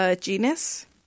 genus